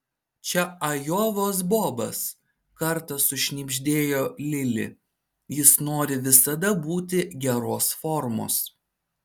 čia ajovos bobas kartą sušnibždėjo lili jis nori visada būti geros formos